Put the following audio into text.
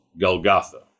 Golgotha